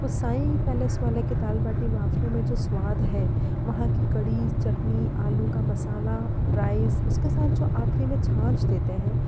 उस साईं पैलेस वाले के दाल बाटी बाफले में जो स्वाद है वहाँ की कढ़ी चटनी आलू का मसाला राइस उसके साथ जो आखिरी में छाछ देते हैं